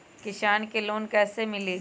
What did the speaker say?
किसान के लोन कैसे मिली?